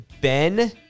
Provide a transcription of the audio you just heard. Ben